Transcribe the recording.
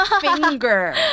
Finger